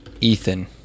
Ethan